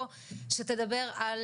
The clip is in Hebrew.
כי זה תשובה לקונית,